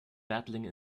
battling